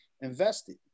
invested